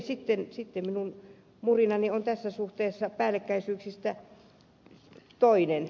sitten minun murinani päällekkäisyyksistä on tässä suhteessa toinen